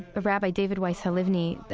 but rabbi david weiss halivni,